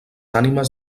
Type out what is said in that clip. ànimes